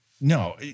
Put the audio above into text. No